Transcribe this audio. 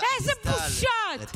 איזה בושות.